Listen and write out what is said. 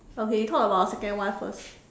okay we talk about our second one first